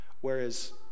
Whereas